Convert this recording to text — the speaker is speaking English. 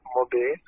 Mobe